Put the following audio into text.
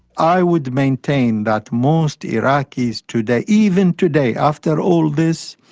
i would maintain that most iraqis today, even today after all this,